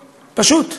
פשוט.